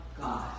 God